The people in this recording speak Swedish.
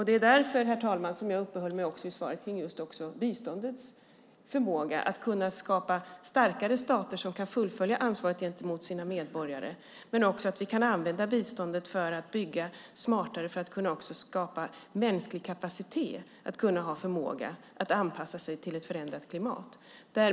Det är därför, herr talman, som jag i svaret uppehåller mig vid just biståndets förmåga att skapa starkare stater som kan fullfölja ansvaret gentemot sina medborgare men också för att vi ska kunna använda biståndet för att bygga smartare och skapa mänsklig kapacitet att ha förmågan att anpassa sig till ett förändrat klimat.